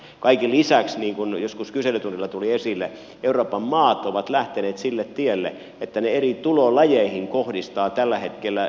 kaiken lisäksi niin kuin joskus kyselytunnilla tuli esille euroopan maat ovat lähteneet sille tielle että ne eri tulolajeihin kohdistavat tällä hetkellä erilaisia verokantoja